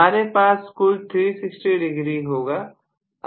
हमारे पास कुल 360 डिग्री होगा